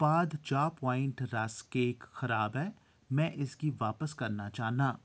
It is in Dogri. उत्पाद चाह् प्वाइंट रस केक खराब ऐ में इसगी बापस करना चाह्न्नां